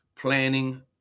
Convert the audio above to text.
planning